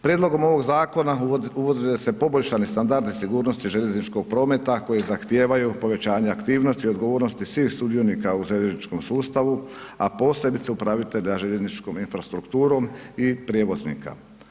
Prijedlogom ovog zakona uvode se poboljšani standardi sigurnosti željezničkog prometa koji zahtijevaju povećanje aktivnosti i odgovornosti svih sudionika u željezničkom sustavu a posebice upravitelja željezničkom infrastrukturom i prijevoznika.